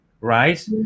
right